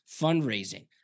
Fundraising